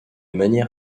manière